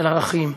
של ערכים.